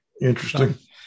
interesting